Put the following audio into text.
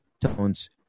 Tones